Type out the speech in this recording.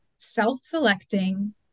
self-selecting